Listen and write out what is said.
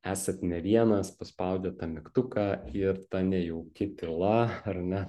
esat ne vienas paspaudėt mygtuką ir ta nejauki tyla ar ne